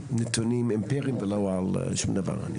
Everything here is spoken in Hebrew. נתונים אמפיריים ולא על שום דבר.